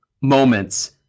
moments